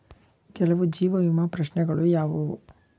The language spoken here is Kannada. ಕೆಲವು ಜೀವ ವಿಮಾ ಪ್ರಶ್ನೆಗಳು ಯಾವುವು?